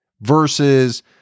versus